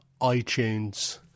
itunes